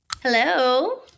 Hello